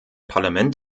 parlament